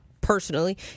personally